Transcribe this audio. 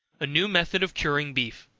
a new method of curing beef.